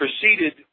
proceeded